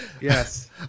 Yes